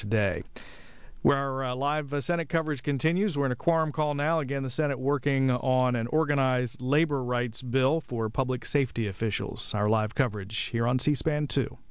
today where alive the senate coverage continues when a quorum call now again the senate working on an organized labor rights bill for public safety officials our live coverage here on c span to